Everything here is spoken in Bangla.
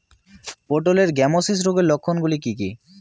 পটলের গ্যামোসিস রোগের লক্ষণগুলি কী কী?